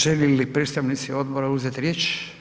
Žele li predstavnici odbora uzeti riječ?